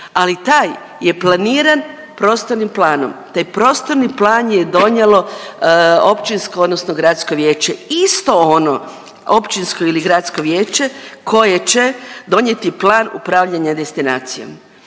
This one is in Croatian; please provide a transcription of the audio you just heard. ali taj je planiran prostornim planom. Taj prostorni plan je donijelo općinsko odnosno gradsko vijeće, isto ono općinsko ili gradsko vijeće koje će donijeti plan upravljanja destinacijom.